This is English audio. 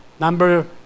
Number